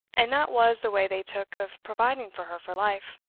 and that was the way they took of providing for her for life.